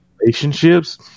relationships